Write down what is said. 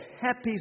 happy